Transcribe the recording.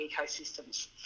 ecosystems